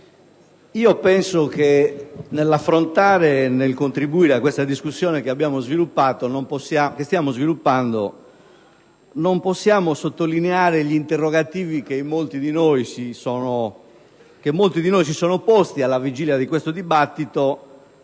penso che nell'affrontare e contribuire alla discussione che stiamo sviluppando non possiamo non sottolineare gli interrogativi che molti di noi si sono posti alla vigilia di questo dibattito,